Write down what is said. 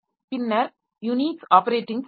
பின்னர் Unix operating system